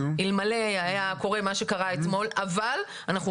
אלמלא היה קורה מה שקרה אתמול אבל אנחנו